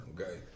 Okay